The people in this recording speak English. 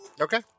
Okay